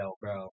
bro